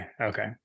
Okay